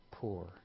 Poor